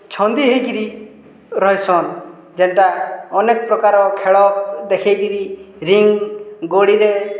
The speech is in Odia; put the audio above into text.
ଛନ୍ଦି ହେଇକିରି ରହେସନ୍ ଯେନ୍ଟା ଅନେକ୍ ପ୍ରକାର୍ ଖେଳ ଦେଖେଇକିରି ରିଙ୍ଗ୍ ଗୋଡ଼ିରେ